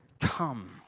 come